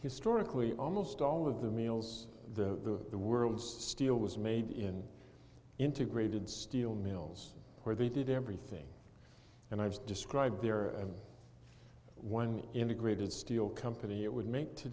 historically almost all of the meals the the world steel was made in integrated steel mills where they did everything and i just described there are one me integrated steel company it would make to